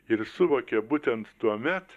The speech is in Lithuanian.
ir suvokė būtent tuomet